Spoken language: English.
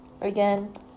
Again